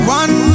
one